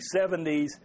70s